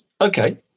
Okay